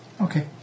Okay